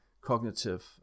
cognitive